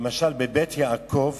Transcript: למשל, ב"בית יעקב"